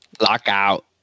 Lockout